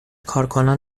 کارکنان